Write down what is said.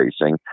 racing